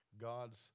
God's